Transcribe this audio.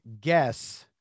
guess –